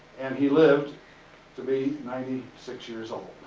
and he lived to be ninety six years old.